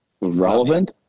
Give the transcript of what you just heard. relevant